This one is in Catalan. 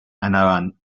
anaven